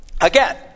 Again